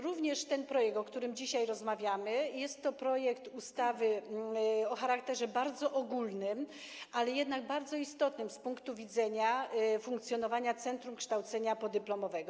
Również ten projekt, o którym dzisiaj rozmawiamy, jest to projekt ustawy o charakterze bardzo ogólnym, jednak bardzo istotnym z punktu widzenia funkcjonowania centrum kształcenia podyplomowego.